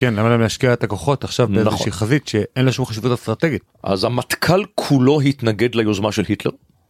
כן, למה להם להשקיע את הכוחות עכשיו באיזושהי חזית שאין לה שום חשיבות אסטרטגית? אז המטכ"ל כולו התנגד ליוזמה של היטלר?